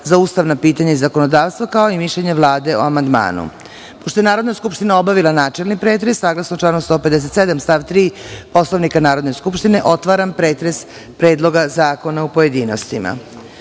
za ustavna pitanja i zakonodavstvo, kao i mišljenje Vlade o amandmanu. Pošto je Narodna skupština obavila načelni pretres, saglasno članu 157. stav 3. Poslovnika Narodne skupštine, otvaram pretres Predloga zakona u pojedinostima. Na